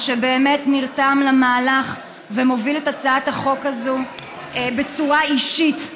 שבאמת נרתם למהלך ומביא את הצעת החוק הזאת בצורה אישית,